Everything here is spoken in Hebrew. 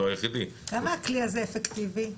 כמה הכלי הזה אפקטיבי?